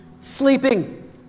sleeping